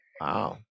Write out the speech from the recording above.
Wow